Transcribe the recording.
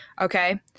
Okay